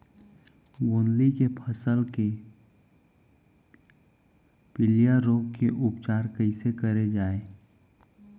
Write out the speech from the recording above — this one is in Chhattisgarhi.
गोंदली के फसल के पिलिया रोग के उपचार कइसे करे जाये?